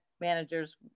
managers